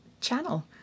channel